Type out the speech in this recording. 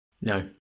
No